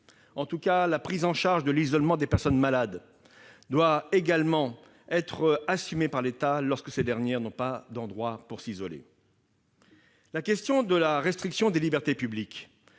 bien respecté. La prise en charge de l'isolement des personnes malades doit également être assumée par l'État lorsque celles-ci ne disposent pas d'un lieu où s'isoler. La question de la restriction des libertés publiques